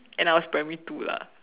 and I was primary two lah